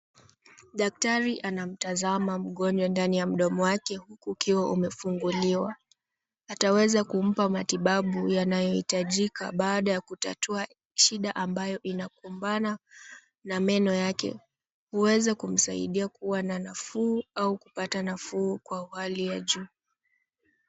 Daktari anamtazama mgonjwa ndani ya mdomo wake huku ukiwa umefunguliwa. Ataweza kumpa matibabu yanayohitajika baada ya kutatua shida ambayo inakumbana na meno yake. Huweza kumsaidia kuwa na nafuu au kupata nafuu kwa hali ya juu.